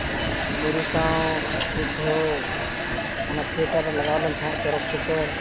ᱡᱩᱨᱤ ᱥᱟᱶ ᱢᱤᱫ ᱫᱷᱟᱣ ᱚᱱᱟ ᱛᱷᱤᱭᱮᱴᱟᱨ ᱨᱮ ᱞᱟᱜᱟᱣ ᱞᱮᱱ ᱛᱟᱦᱮᱱᱟ ᱪᱚᱨᱚᱠ ᱪᱤᱠᱟᱹᱲ